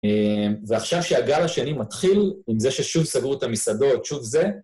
ועכשיו שהגל השני מתחיל, עם זה ששוב סגרו את המסעדות, שוב זה.